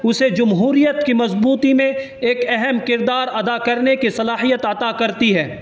اسے جمہوریت کی مضبوطی میں ایک اہم کردار ادا کرنے کی صلاحیت عطا کرتی ہے